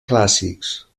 clàssics